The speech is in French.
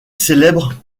célèbre